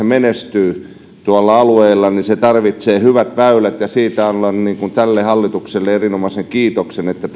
menestyy tuolla alueilla niin se tarvitsee hyvät väylät ja siitä annan tälle hallitukselle erinomaisen kiitoksen että